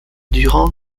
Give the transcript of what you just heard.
durant